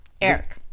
Eric